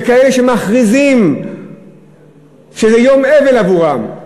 וכאלה שמכריזים שזה יום אבל עבורם.